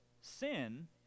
sin